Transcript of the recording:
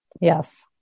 Yes